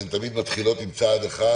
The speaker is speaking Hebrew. אבל הן מתחילות עם צעד אחד,